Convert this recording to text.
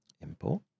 Import